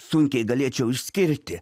sunkiai galėčiau išskirti